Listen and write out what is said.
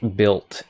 built